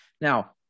Now